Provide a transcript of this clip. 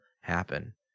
happen